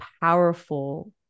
powerful